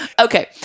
Okay